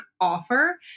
offer